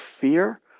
fear